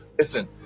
listen